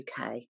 uk